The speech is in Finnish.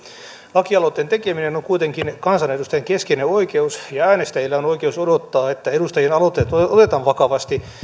lakialoitteen tekeminen on kuitenkin kansanedustajien keskeinen oikeus ja äänestäjillä on oikeus odottaa että edustajien aloitteet otetaan vakavasti